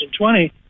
2020